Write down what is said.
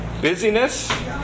busyness